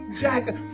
Jack